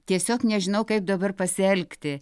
tiesiog nežinau kaip dabar pasielgti